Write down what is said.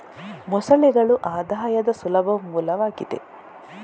ಮೊಸಳೆಗಳು ಆದಾಯದ ಸುಲಭ ಮೂಲವಾಗಿದೆ